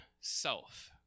self